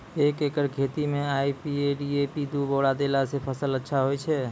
एक एकरऽ खेती मे आई.पी.एल डी.ए.पी दु बोरा देला से फ़सल अच्छा होय छै?